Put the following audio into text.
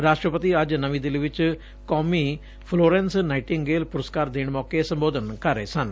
ਰਾਸ਼ਟਰਪਤੀ ਅੱਜ ਨਵੀਂ ਦਿੱਲੀ ਚ ਕੌਮੀ ਫਲੋਰੈਂਸ ਨਾਈਟਿੰਗੇਲ ਪੁਰਸਕਾਰ ਦੇਣ ਮੌਕੇ ਸੰਬੋਧਨ ਕਰ ਰਹੇ ਸਨ